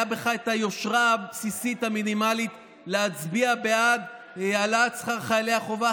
הייתה בך היושרה הבסיסית המינימלית להצביע בעד העלאת שכר חיילי החובה,